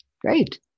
Great